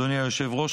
אדוני היושב-ראש,